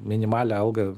minimalią algą